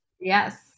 yes